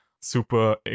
super